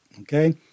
Okay